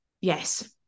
Yes